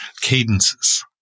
cadences